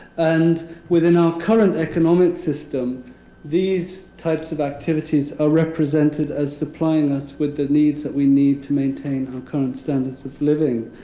and within our current economic system these types of activities are represented as supplying us with the needs that we need to maintain our current standards of living.